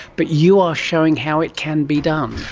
but you are showing how it can be done.